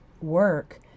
work